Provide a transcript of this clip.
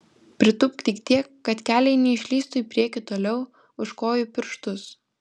pritūpk tik tiek kad keliai neišlįstų į priekį toliau už kojų pirštus